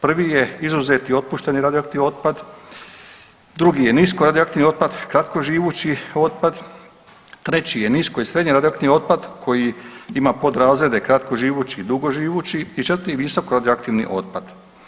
Prvi je izuzeti i otpušteni radioaktivni otpad, drugi je nisko radioaktivni otpad, kratkoživući otpad, treći je nisko i srednje radioaktivni otpad koji ima podrazrede, kratkoživući i dugoživući i četvrti visoko radioaktivni otpad.